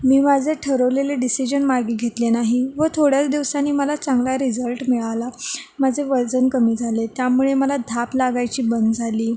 मी माझे ठरवलेले डिसिजन मागे घेतले नाही व थोड्या दिवसांनी मला चांगला रिझल्ट मिळाला माझे वजन कमी झाले त्यामुळे मला धाप लागायची बंद झाली